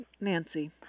Nancy